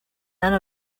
none